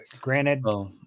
Granted